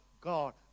God